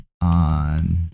on